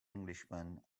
englishman